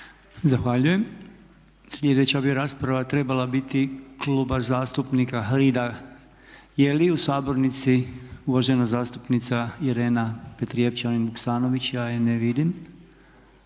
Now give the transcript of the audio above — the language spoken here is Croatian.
Zahvaljujem. Slijedeća bi rasprava trebala biti Kluba zastupnika HRID-a, je li u sabornici uvažena zastupnica Irena Petrijevačnin Vuksanović? Ja je ne vidim.